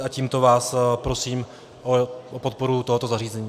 A tímto vás prosím o podporu tohoto zařazení.